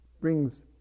brings